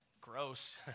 gross